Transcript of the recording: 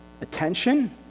Attention